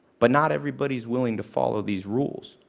but not everybody's willing to follow these rules.